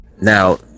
Now